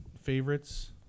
favorites